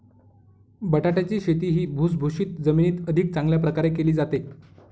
बटाट्याची शेती ही भुसभुशीत जमिनीत अधिक चांगल्या प्रकारे केली जाते